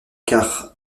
quarts